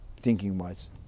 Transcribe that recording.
thinking-wise